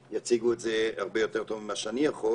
שיציגו את זה הרבה יותר טוב ממה שאני יכול,